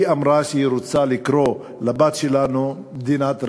היא אמרה שהיא רוצה לקרוא לבת שלנו מדינת רווחה".